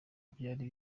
byari